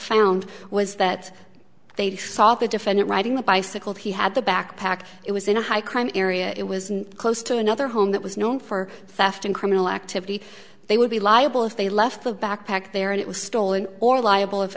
found was that they saw the defendant riding the bicycle he had the backpack it was in a high crime area it was close to another home that was known for theft and criminal activity they would be liable if they left the backpack there and it was stolen or liable if